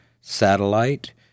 Satellite